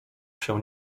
się